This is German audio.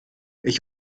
ich